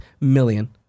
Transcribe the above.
million